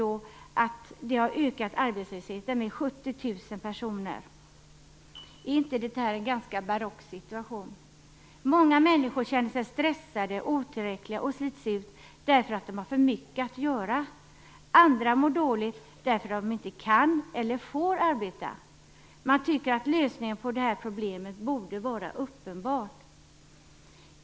Detta har medfört att arbetslösheten har ökat med 70 000 personer. Är inte det en ganska barock situation? Många människor känner sig stressade och otillräckliga och slits ut därför att de har för mycket att göra, andra mår dåligt därför att de inte kan eller får arbeta. Man tycker att lösningen på problemet borde vara uppenbar.